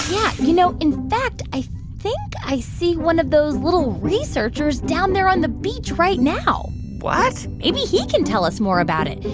yeah. you know, in fact, i think i see one of those little researchers down there on the beach right now what? maybe he can tell us more about it.